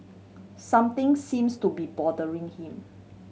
something seems to be bothering him